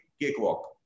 cakewalk